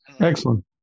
Excellent